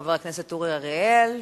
חבר הכנסת אורי אריאל,